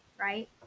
right